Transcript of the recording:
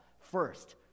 first